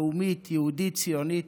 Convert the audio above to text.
לאומית, יהודית, ציונית,